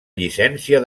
llicència